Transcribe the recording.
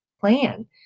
plan